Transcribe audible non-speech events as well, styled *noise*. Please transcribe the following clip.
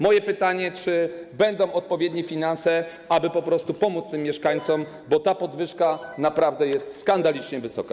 Moje pytanie, czy będą odpowiednie finanse, aby po prostu pomóc tym mieszkańcom, *noise* bo ta podwyżka naprawdę jest skandalicznie wysoka.